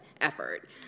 effort